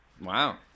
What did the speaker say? Wow